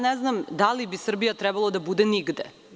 Ne znam da li bi Srbija trebala da bude nigde.